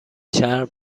چرم